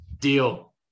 Deal